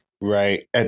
right